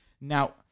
Now